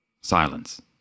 Silence